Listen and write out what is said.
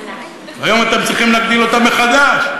היום אתם צריכים להגדיל אותה מחדש.